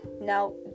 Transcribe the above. now